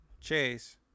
Chase